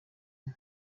nta